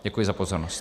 Děkuji za pozornost.